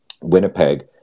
Winnipeg